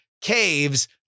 caves